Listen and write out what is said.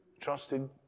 trusted